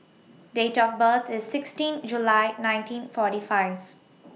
Date of birth IS sixteen July nineteen forty five